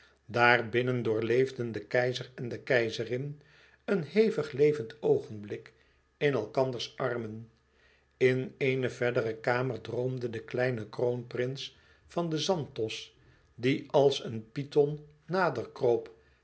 torenvensters daarbinnen doorleefden de keizer en de keizerin een hevig levend oogenblik in elkanders armen n eene verdere kamer droomde de kleine kroonprins van den zanthos die als een python nader